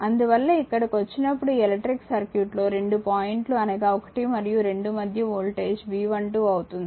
అందువల్ల ఇక్కడకు వచ్చినప్పుడు ఈ ఎలక్ట్రిక్ సర్క్యూట్లోరెండు పాయింట్లు అనగా 1 మరియు 2 మధ్య వోల్టేజ్ V12 అవుతుంది